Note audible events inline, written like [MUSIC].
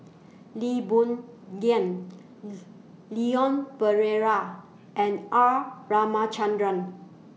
Lee Boon Ngan Leon [UNINTELLIGIBLE] Perera and R Ramachandran